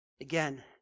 again